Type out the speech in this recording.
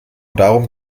darum